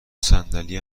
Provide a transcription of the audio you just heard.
صندلی